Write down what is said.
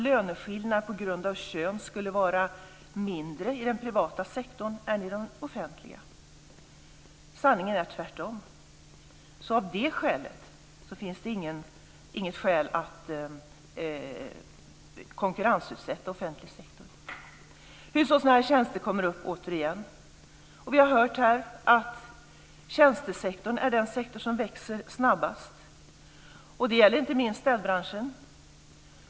Löneskillnader på grund av kön skulle vara mindre i den privata sektorn än i den offentliga. Sanningen är tvärtom. Det är alltså inget skäl att konkurrensutsätta offentlig sektor. Hushållsnära tjänster tas återigen upp. Vi har här hört att tjänstesektorn är den sektor som växer snabbast. Det gäller inte minst städbranschen.